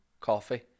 coffee